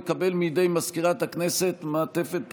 יקבל מידי מזכירת הכנסת מעטפת בחירה,